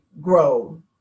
grow